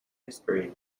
history